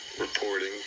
reporting